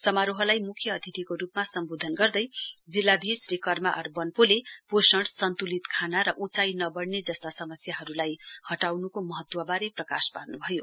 समारोहलाई मुख्य अतिथिको रुपमा सम्बोधन गर्दै जिल्लाधीश श्री कर्मा आरवन्पोले पोषण सुन्तलित खाना र उचाई नवड्ने जस्ता समस्याहरुलाई हटाउनुको महत्ववारे प्रकाश पार्नुभयो